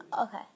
Okay